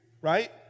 right